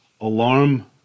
alarm